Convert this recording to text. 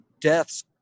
Death's